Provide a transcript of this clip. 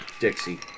dixie